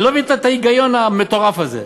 אני לא מבין את ההיגיון המטורף הזה.